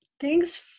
thanks